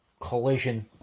Collision